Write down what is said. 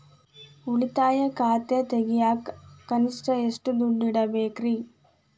ಉಳಿತಾಯ ಖಾತೆ ತೆಗಿಯಾಕ ಕನಿಷ್ಟ ಎಷ್ಟು ದುಡ್ಡು ಇಡಬೇಕ್ರಿ?